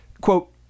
quote